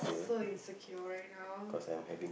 so insecure right now